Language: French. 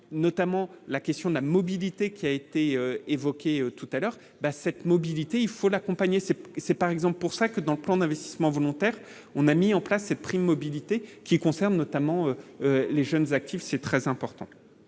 notamment la question de la mobilité, qui a été évoqué tout à l'heure, bah cette mobilité, il faut l'accompagner, c'est, c'est, par exemple, pour ça, que dans le plan d'investissement volontaire, on a mis en place ces prix mobilité qui concernent notamment. Les jeunes actifs, c'est très important